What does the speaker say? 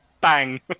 Bang